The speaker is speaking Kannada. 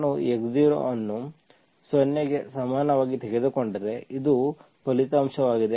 ನಾನು x0 ಅನ್ನು 0 ಗೆ ಸಮನಾಗಿ ತೆಗೆದುಕೊಂಡರೆ ಇದು ಫಲಿತಾಂಶವಾಗಿದೆ